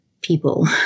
people